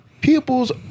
People's